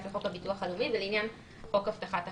לחוק הביטוח הלאומי ולעניין חוק הבטחת הכנסה.